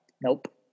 Nope